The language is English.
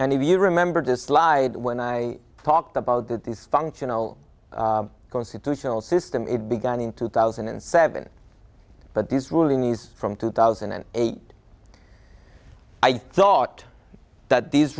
and if you remember to slide when i talked about that these functional constitutional system it began in two thousand and seven but this ruling these from two thousand and eight i thought that these